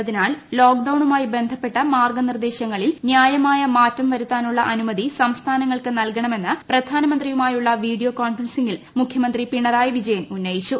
എന്നതി നാൽ ലോക്ക്ഡൌണുമായി ബന്ധപ്പെട്ട മാർഗനിർദേശങ്ങളിൽ ന്യായ മായ മാറ്റം വരുത്താനുള്ള അനുമതി സംസ്ഥാനങ്ങൾക്ക് നൽകണ മെന്ന് പ്രധാനമന്ത്രിയുമായുള്ള വീഡിയോ കോൺഫറൻസിൽ മുഖ്യമന്ത്രി പിണറായി വിജയൻ ഉന്നയിച്ചു